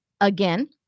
again